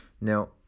Now